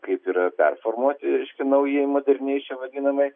kaip yra performuoti naujai moderniai čia vadinamai